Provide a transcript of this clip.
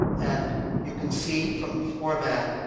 and you can see from the format